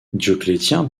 dioclétien